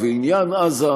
ובעניין עזה,